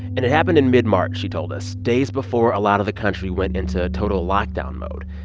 and it happened in mid-march, she told us, days before a lot of the country went into total lockdown mode.